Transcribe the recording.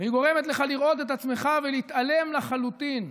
והיא גורמת לך לראות את עצמך ולהתעלם לחלוטין,